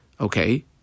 okay